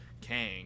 Kang